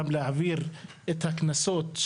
גם להעביר את הקנסות,